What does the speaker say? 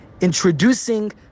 introducing